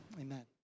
Amen